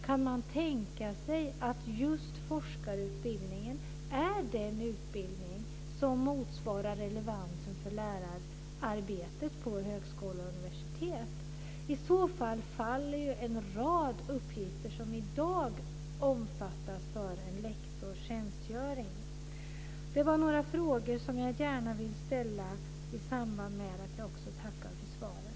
Kan man tänka sig att just forskarutbildningen är den utbildning som motsvarar relevansen för lärararbetet på högkola och universitet? I så fall faller ju en rad uppgifter som i dag omfattas av en lektors tjänstgöring. Det var några frågor som jag gärna ville ställa i samband med att jag tackar för svaret.